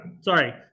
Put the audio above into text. Sorry